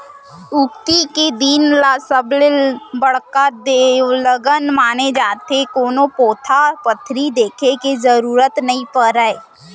अक्ती के दिन ल सबले बड़का देवलगन माने जाथे, कोनो पोथा पतरी देखे के जरूरत नइ परय